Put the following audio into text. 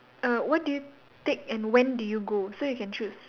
uh what do you take and when do you go so you can choose